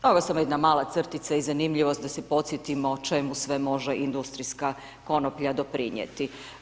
Ovo je samo jedna mala crtica i zanimljivost da se podsjetimo čemu sve može industrijska konoplja doprinijeti.